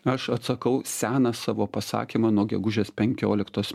aš atsakau seną savo pasakymą nuo gegužės penkioliktos